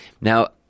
Now